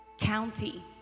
county